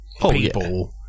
people